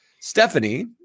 Stephanie